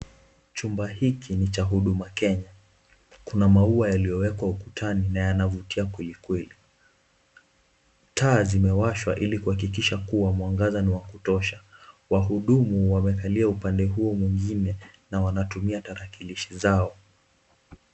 Chumba hiki ni cha huduma Kenya kuna maua yaliyowekwa ukutani na yanavutia kweli kweli, taa zimeashwa ili kuhakikisha mwangaza ni wa kutosha, wahudumu wamekalia upande huo mwingine na wanatumia tarakilishi zingine zao.